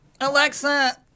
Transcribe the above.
Alexa